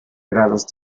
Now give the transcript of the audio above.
grados